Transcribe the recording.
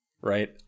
right